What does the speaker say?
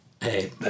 Hey